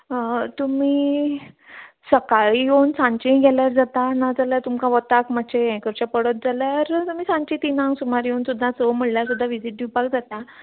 तुमी सक्काळीं येवन सांजचीं गेल्यार जाता नाजाल्यार तुमकां वताक मात्शें हें करचें पडत जाल्यार आमी सांजचीं तिनांक सुमार येवन सुद्दां स म्हळ्ळ्यार सुद्दां व्हिजीट दिवपाक जाता